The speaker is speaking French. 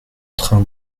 train